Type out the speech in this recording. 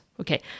Okay